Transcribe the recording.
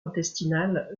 intestinale